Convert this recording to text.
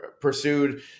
pursued